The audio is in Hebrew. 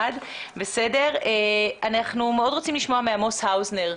אנחנו מאוד רוצים לשמוע את עמוס האוזנר.